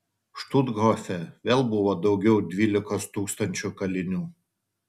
štuthofe vėl buvo daugiau dvylikos tūkstančių kalinių